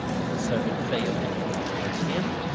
if a servant failed in duty towards him,